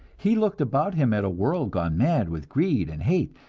he looked about him at a world gone mad with greed and hate,